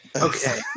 Okay